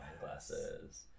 glasses